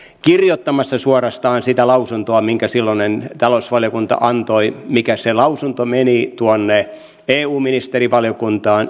kirjoittamassa suorastaan sitä lausuntoa minkä silloinen talousvaliokunta antoi ja se lausunto meni eu ministerivaliokuntaan